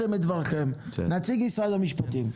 נציג משרד המשפטים בבקשה.